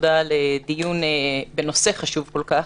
ותודה על דיון בנושא חשוב כל כך.